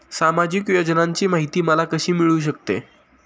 सामाजिक योजनांची माहिती मला कशी मिळू शकते?